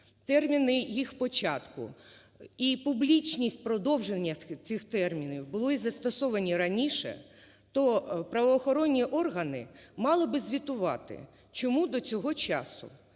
терміни їх початку і публічність продовження цих термінів були застосовані раніше, то правоохоронні органи мали б звітувати. Чому до цього часу